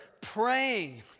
praying